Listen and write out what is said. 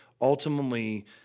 ultimately